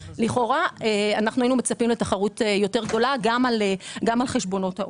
לכאורה היינו מצפים לתחרות יותר גדולה גם על חשבונות העו"ש.